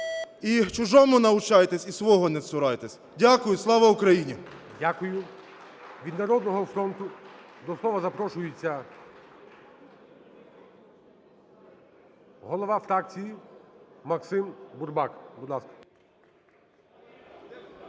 "І чужому научайтесь, і свого не цурайтесь". Дякую. Слава Україні! ГОЛОВУЮЧИЙ. Дякую. Від "Народного фронту" до слова запрошується голова фракції Максим Бурбак,